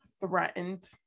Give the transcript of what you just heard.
threatened